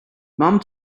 mom